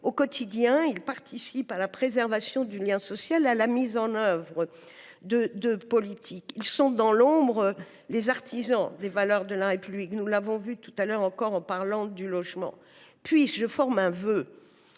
Au quotidien, ils participent à la préservation du lien social et à la mise en œuvre de politiques publiques. Ils sont, dans l’ombre, les artisans des valeurs de la République. Nous l’avons vu tout à l’heure encore en parlant du logement. Je forme un vœu